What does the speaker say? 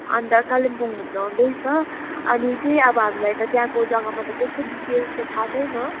अन्त कालिम्पोङ घुम्नु आउँदैछ अनि चाहिँ अब हामीलाई त त्यहाँको जग्गामा त त्यस्तो डिटेल्स त थाहा छैन